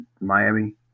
Miami